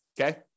Okay